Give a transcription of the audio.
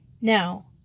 Now